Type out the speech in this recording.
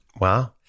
Wow